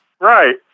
Right